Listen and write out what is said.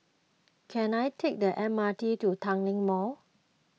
can I take the M R T to Tanglin Mall